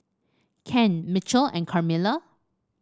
Ken Mitchell and Carmela